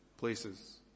places